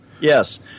Yes